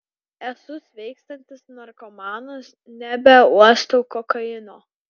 esu sveikstantis narkomanas nebeuostau kokaino